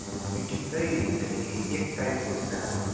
meeting चाहिँ अहिले एक तारिख भनौँ न अब